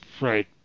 Right